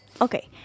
Okay